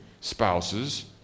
spouses